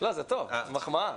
זו מחמאה.